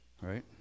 right